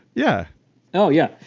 yeah oh, yeah.